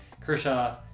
Kershaw